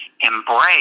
embrace